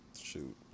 shoot